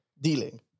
dealing